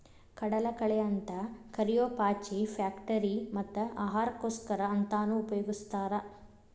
ಕಡಲಕಳೆ ಅಂತ ಕರಿಯೋ ಪಾಚಿ ಫ್ಯಾಕ್ಟರಿ ಮತ್ತ ಆಹಾರಕ್ಕೋಸ್ಕರ ಅಂತಾನೂ ಉಪಯೊಗಸ್ತಾರ